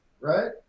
right